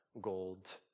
gold